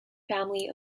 family